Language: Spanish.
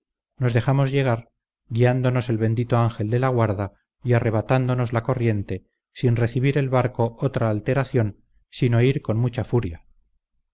nos dejamos llegar guiándonos el bendito ángel de la guarda y arrebatándonos la corriente sin recibir el barco otra alteración sino ir con mucha furia